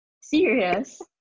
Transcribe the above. Serious